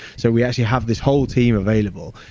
so we actually have this whole team available.